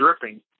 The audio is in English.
dripping